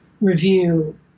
review